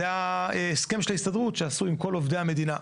זה ההסכם של ההסתדרות שעשו עם כל עובדי המדינה,